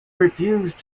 refused